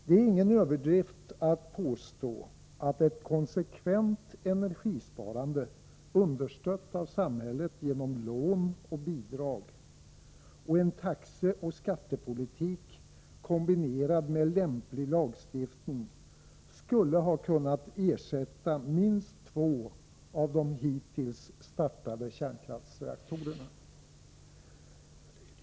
Det är ingen överdrift att påstå att ett konsekvent energisparande, understött av samhället genom lån och bidrag, och en taxeoch skattepolitik kombinerad med lämplig lagstiftning, skulle ha kunnat ersätta minst två av de hittills startade kärnkraftsreaktorerna.